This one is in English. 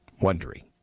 wondering